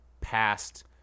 past